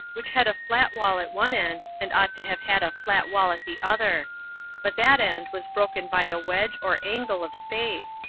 which had a flat wall at one end and ought to have had a flat wall at the other but that end was broken by a wedge or angle of space,